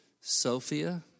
Sophia